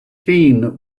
keane